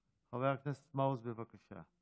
מעוז, בבקשה.